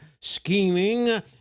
scheming